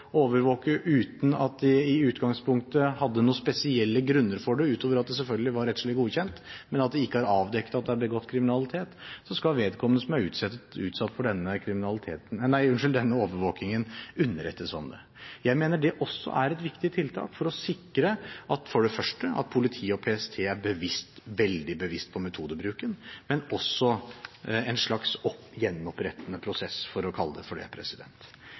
overvåke uten at de i utgangspunktet hadde noen spesielle grunner for det, utover at det selvfølgelig var rettslig godkjent, men at det ikke er avdekket at det er begått kriminalitet, skal vedkommende som er utsatt for denne overvåkingen, underrettes om det. Jeg mener det også er et viktig tiltak, for det første for å sikre at politiet og PST er veldig bevisste på metodebruken, men det er også en slags gjenopprettende prosess, for å kalle det det.